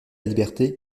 liberté